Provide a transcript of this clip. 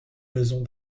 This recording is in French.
raisons